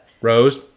rose